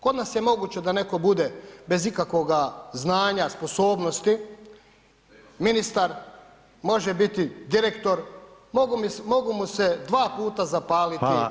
Kod nas moguće da netko bude bez ikakvoga znanja, sposobnosti, ministar može biti direktor, mogu mu se dva puta zapaliti